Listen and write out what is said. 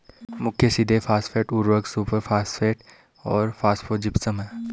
मुख्य सीधे फॉस्फेट उर्वरक सुपरफॉस्फेट और फॉस्फोजिप्सम हैं